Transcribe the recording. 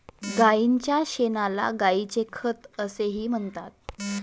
गायीच्या शेणाला गायीचे खत असेही म्हणतात